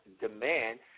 Demand